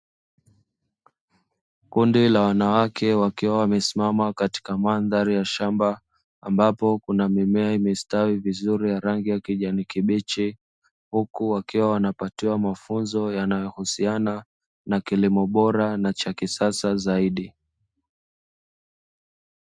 Kundi la wanawake wakiwa wamesimama katika mandhari ya shamba ambapo kuna mimea imestawi vizuri ya rangi ya kijani kibichi huku wakiwa wanapatiwa mafunzo yanayohusiana na kilimo bora na cha kisasa zaidi.